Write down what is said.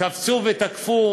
קפצו ותקפו: